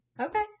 okay